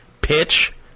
pitch